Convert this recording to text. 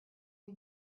are